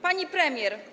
Pani Premier!